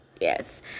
Yes